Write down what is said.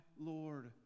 Lord